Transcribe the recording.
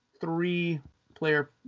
three-player